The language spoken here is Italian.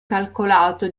calcolato